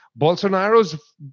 Bolsonaro's